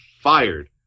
fired